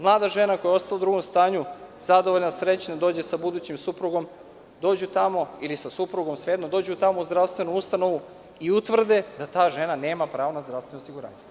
Mlada žena koja je ostala u drugom stanju, zadovoljna, srećna, dođe sa budućim suprugom, dođu tamo, ili sa suprugom, svejedno, dođu tamo u zdravstvenu ustanovu i utvrde da ta žena nema pravo na zdravstveno osiguranje.